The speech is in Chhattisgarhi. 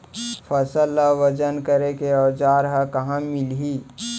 फसल ला वजन करे के औज़ार हा कहाँ मिलही?